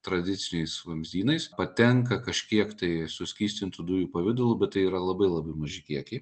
tradiciniais vamzdynais patenka kažkiek tai suskystintų dujų pavidalu bet tai yra labai labai maži kiekiai